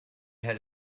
had